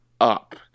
up